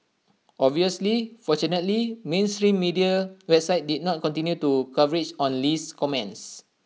obviously fortunately mainstream media websites did not continue to coverage on Lee's comments